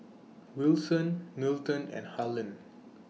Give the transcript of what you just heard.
Wilson Milton and Harland